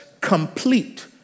complete